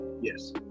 Yes